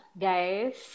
guys